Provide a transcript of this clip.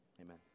Amen